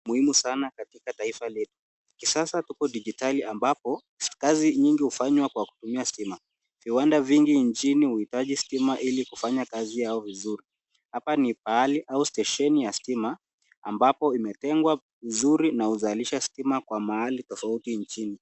Muhimu sana katika taifa letu, kisasa tuko dijitali ambapo kazi nyingi hufanywa kwa kutumia stima. Viwanda vingi nchini uhitaji stima ilikufanya kazi yao vizuri. Hapa ni pahali au stesheni ya stima ambapo imetengwa vizuri na uzalisha stima kwa mahali tofauti nchini.